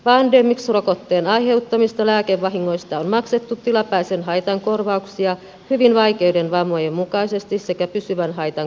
pandemrix rokotteen aiheuttamista lääkevahingoista on maksettu tilapäisen haitan korvauksia hyvin vaikeiden vammojen mukaisesti sekä pysyvän haitan korvauksia